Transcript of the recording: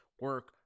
Work